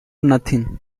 nothing